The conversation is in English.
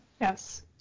Yes